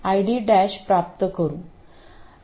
एकदा आपण VD 0